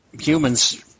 humans